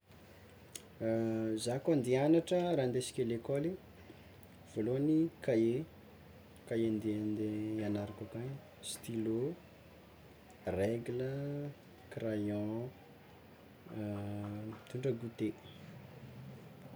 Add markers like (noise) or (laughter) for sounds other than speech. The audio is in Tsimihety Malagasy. (hesitation) Zah koa ande hiagnatra, raha ndesiko a lekôly voalohany kahie kahie ande hiagnarako akagny, stylo, regla, crayon, (hesitation) mitondra gote.